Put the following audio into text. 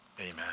Amen